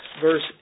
verse